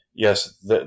Yes